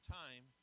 time